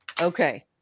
Okay